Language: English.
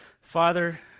Father